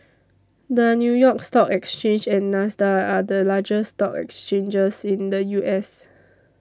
the New York Stock Exchange and NASDAQ are the largest stock exchanges in the U S